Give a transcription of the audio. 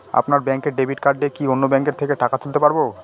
আপনার ব্যাংকের debit card দিয়ে কি অন্য ব্যাংকের থেকে টাকা তুলতে পারবো?